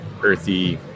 earthy